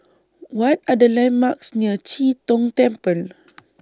What Are The landmarks near Chee Tong Temple